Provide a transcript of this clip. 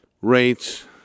rates